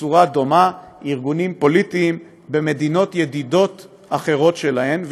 בצורה דומה ארגונים פוליטיים במדינות ידידות אחרות שלהן,